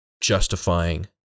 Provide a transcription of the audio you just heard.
justifying